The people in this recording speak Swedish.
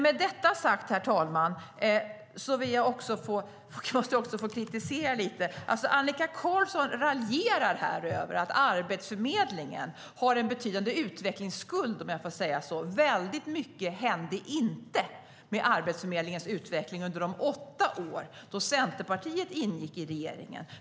Med detta sagt, herr talman, måste jag få kritisera lite. Annika Qarlsson raljerar över att Arbetsförmedlingen har en betydande utvecklingsskuld, om jag får uttrycka mig så. Väldigt mycket hände inte med Arbetsförmedlingens utveckling under de åtta år då Centerpartiet ingick i regeringen.